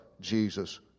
Jesus